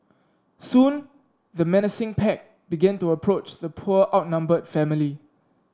soon the menacing pack began to approach the poor outnumbered family